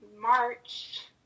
March